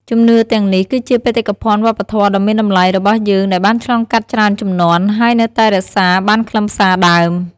ជំនឿទាំងនេះគឺជាបេតិកភណ្ឌវប្បធម៌ដ៏មានតម្លៃរបស់យើងដែលបានឆ្លងកាត់ច្រើនជំនាន់ ហើយនៅតែរក្សាបានខ្លឹមសារដើម។